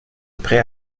prêt